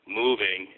moving